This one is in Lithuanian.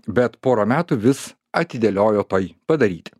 bet porą metų vis atidėliojo pai padaryti